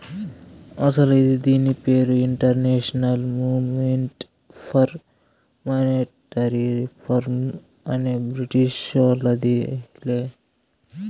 అస్సలు ఇది దీని పేరు international movement for monetary reform అనే బ్రిటీషోల్లదిలే